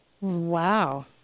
Wow